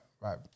right